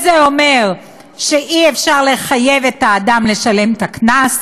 זה אומר שאי-אפשר לחייב את האדם לשלם את הקנס,